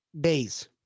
days